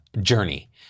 journey